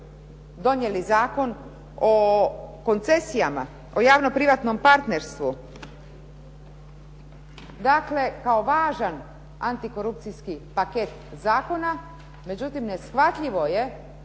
donijeli Zakon o koncesijama, o javno privatnom partnerstvu, dakle, kao važan antikorupcijski paket zakona. Međutim, neshvatljivo je